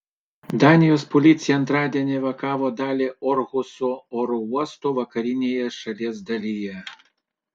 danijos policija antradienį evakavo dalį orhuso oro uosto vakarinėje šalies dalyje